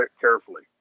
carefully